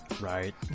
Right